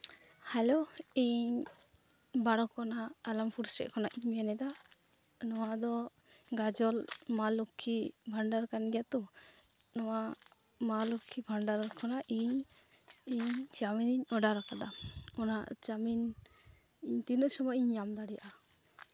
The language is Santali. ᱦᱮᱞᱳ ᱤᱧ ᱵᱟᱲᱚ ᱠᱷᱚᱱᱟᱜ ᱟᱞᱟᱢᱯᱩᱨ ᱥᱮᱫ ᱠᱷᱚᱱᱟᱜ ᱤᱧ ᱢᱮᱱᱫᱟ ᱱᱚᱣᱟ ᱫᱚ ᱜᱟᱡᱚᱞ ᱢᱟ ᱞᱚᱠᱠᱷᱤ ᱵᱷᱟᱱᱰᱟᱨ ᱠᱟᱱ ᱜᱮᱭᱟ ᱛᱚ ᱱᱚᱣᱟ ᱢᱟ ᱞᱚᱠᱠᱷᱤ ᱵᱷᱟᱱᱰᱟᱨ ᱠᱷᱚᱱᱟᱜ ᱤᱧ ᱤᱧ ᱪᱟᱣᱢᱤᱱᱤᱧ ᱚᱰᱟᱨ ᱟᱠᱟᱫᱟ ᱚᱱᱟ ᱪᱟᱣᱢᱤᱱ ᱤᱧ ᱛᱤᱱᱟᱹᱜ ᱥᱚᱢᱚᱭᱤᱧ ᱧᱟᱢ ᱫᱟᱲᱮᱭᱟᱜᱼᱟ